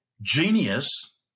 genius